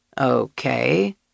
Okay